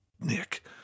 Nick